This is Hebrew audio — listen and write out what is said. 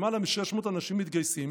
למעלה מ-600 אנשים מתגייסים,